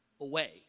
away